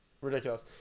ridiculous